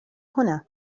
هنا